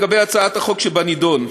לגבי הצעת החוק שבנדון,